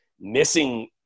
missing